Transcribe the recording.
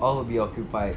or will be occupied